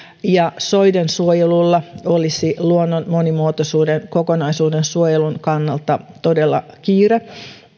niin soidensuojelulla olisi luonnon monimuotoisuuden kokonaisuuden suojelun kannalta todella kiire